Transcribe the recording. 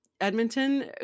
Edmonton